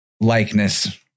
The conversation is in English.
likeness